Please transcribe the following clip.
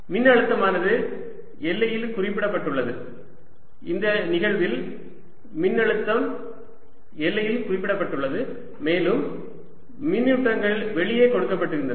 மின்னழுத்தமானது எல்லையில் குறிப்பிடப்பட்டுள்ளது இந்த நிகழ்வில் மின்னழுத்தம் எல்லையில் குறிப்பிடப்பட்டுள்ளது மேலும் மின்னூட்டங்கள் வெளியே கொடுக்கப்படுகின்றன